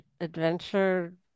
adventure